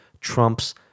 Trump's